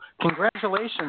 congratulations